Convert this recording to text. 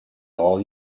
all